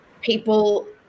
people